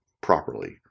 properly